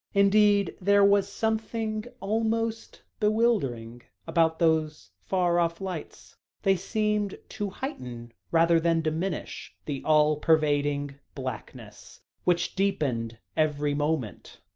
indeed, there was something almost bewildering about those far-off lights they seemed to heighten, rather than diminish, the all-pervading blackness, which deepened every moment.